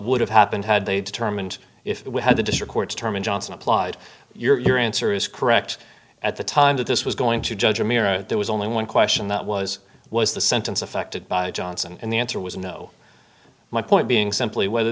would have happened had they determined if we had the district court term and johnson applied you're answer is correct at the time that this was going to judge ramiro there was only one question that was was the sentence affected by johnson and the answer was no my point being so whether